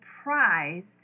surprised